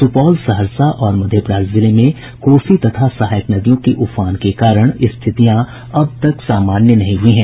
सुपौल सहरसा और मधेपुरा जिले में कोसी तथा सहायक नदियों के उफान के कारण स्थितियां अब तक सामान्य नहीं हुई है